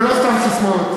ולא סתם ססמאות.